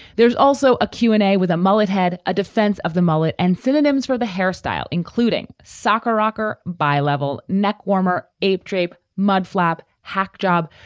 there's also a q and a with a mullet. had a defense of the mullet and synonyms for the hairstyle, including including soca, rocker by level, neck warmer, ape drape mudflap hack job,